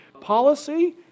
policy